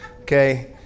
okay